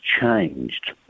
changed